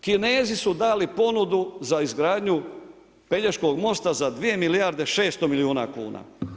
Kinezi su dali ponudu za izgradnju Pelješkog mosta za 2 milijarde 600 milijuna kuna.